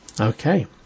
okay